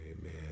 Amen